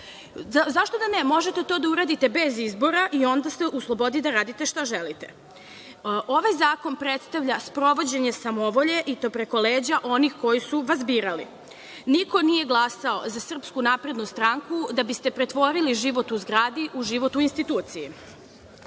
Zašto da ne, možete to da uradite bez izbora i onda ste u slobodi da radite šta želite. Ovaj zakon predstavlja sprovođenje samovolje, i to preko leđa onih koji su vas birali. Niko nije glasao za SNS da biste pretvorili život u zgradi u život u instituciji.